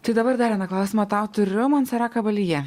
tai dabar dar vieną klausimą tau turiu monsera kabaljė